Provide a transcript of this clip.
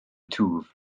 twf